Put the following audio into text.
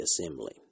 assembly